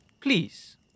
Please